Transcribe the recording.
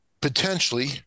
potentially